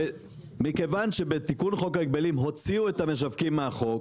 מכיוון שבתיקון חוק ההגבלים הוציאו את המשווקים מהחוק.